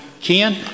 Ken